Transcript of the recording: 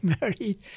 married